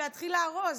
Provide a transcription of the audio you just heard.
שיתחיל לארוז.